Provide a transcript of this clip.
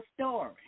story